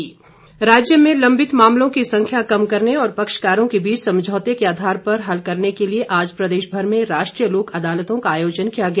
लोक अदालत राज्य में लंबित मामलों की संख्या कम करने और पक्षकारों के बीच समझौते के आधार पर हल करने के लिए आज प्रदेश भर में राष्ट्रीय लोक अदालतों का आयोजन किया गया